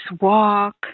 walk